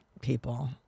people